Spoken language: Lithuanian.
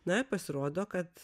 na pasirodo kad